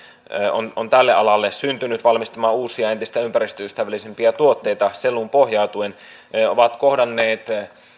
on on tälle alalle syntynyt valmistamaan uusia entistä ympäristöystävällisempiä tuotteita selluun pohjautuen ovat kohdanneet